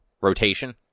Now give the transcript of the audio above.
rotation